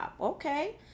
okay